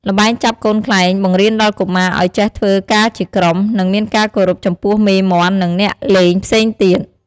ល្បែងចាប់កូនខ្លែងបង្រៀនដល់កុមារឲ្យចេះធ្វើការជាក្រុម និងមានការគោរពចំពោះមេមាន់ និងអ្នកលេងផ្សេងទៀត។